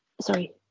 Sorry